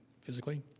physically